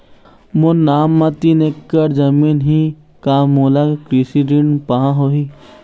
मोर नाम म तीन एकड़ जमीन ही का मोला कृषि ऋण पाहां होही?